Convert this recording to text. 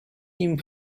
him